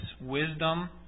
wisdom